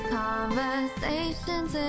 conversations